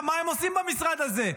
מה הם עושים במשרד הזה?